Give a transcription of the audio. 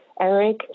Eric